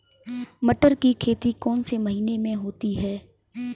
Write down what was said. मटर की खेती कौन से महीने में होती है?